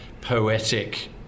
poetic